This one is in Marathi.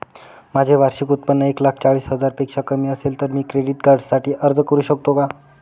माझे वार्षिक उत्त्पन्न एक लाख चाळीस हजार पेक्षा कमी असेल तर मी क्रेडिट कार्डसाठी अर्ज करु शकतो का?